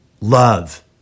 love